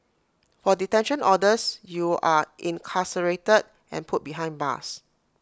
for detention orders you are incarcerated and put behind bars